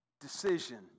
decision